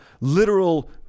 literal